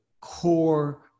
core